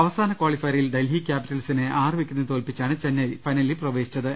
അവസാന കാളിഫയറിൽ ഡൽഹി ക്യാപ്പി റ്റൽസിനെ ആറ് വിക്കറ്റിന് തോൽപ്പിച്ചാണ് ചെന്നൈ ഫൈനലിൽ പ്രവേശിച്ചത്